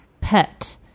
pet